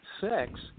sex